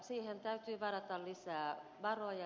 siihen täytyy varata lisää varoja